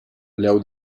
leo